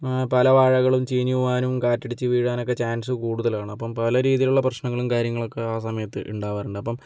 പല വാഴകളും ചീഞ്ഞ് പോകാനും കാറ്റടിച്ച് വീഴാനൊക്കെ ചാൻസ് കൂടുതലാണ് അപ്പം പല രീതിയിലുള്ള പ്രശ്നങ്ങളും കാര്യങ്ങളൊക്കെ ആ സമയത്ത് ഉണ്ടാകാറുണ്ട് അപ്പം